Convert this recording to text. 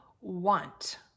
want